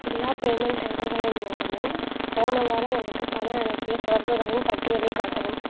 எல்லா பேமெண்ட் செயலிகளின் மூலமும் போன வாரம் எனக்கு பணம் அனுப்பிய தொடர்புகளின் பட்டியலைக் காட்டவும்